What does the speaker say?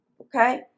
okay